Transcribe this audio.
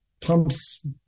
pumps